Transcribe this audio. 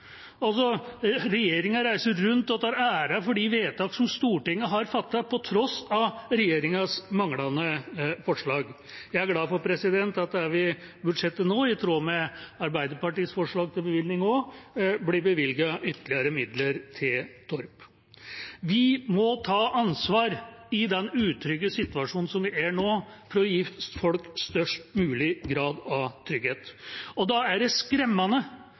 Regjeringa reiser rundt og tar æren for de vedtak som Stortinget har fattet på tross av regjeringas manglende forslag. Jeg er glad for at det i budsjettet nå, også i tråd med Arbeiderpartiets forslag til bevilgning, blir bevilget ytterligere midler til Torp. Vi må ta ansvar for i den utrygge situasjonen som vi er i nå, å gi folk størst mulig grad av trygghet. Da er det skremmende